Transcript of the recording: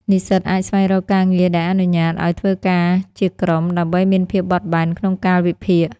និស្សិតអាចស្វែងរកការងារដែលអនុញ្ញាតឲ្យធ្វើការជាក្រុម ដើម្បីមានភាពបត់បែនក្នុងកាលវិភាគ។